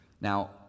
Now